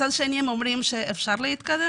מצד שני הם אומרים שאפשר להתקדם,